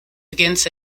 against